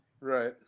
Right